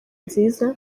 nziza